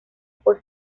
por